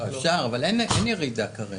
אפשר, אבל אין ירידה כרגע.